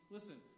Listen